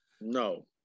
No